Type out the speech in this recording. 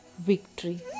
victory